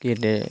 কেটে